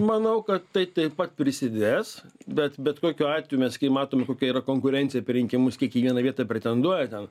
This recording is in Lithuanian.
manau kad tai taip pat prisidės bet bet kokiu atveju mes matome kokia yra konkurencija per rinkimus kiek į vieną vietą pretenduoja ten